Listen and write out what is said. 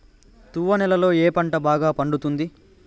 తువ్వ నేలలో ఏ పంట బాగా పండుతుంది?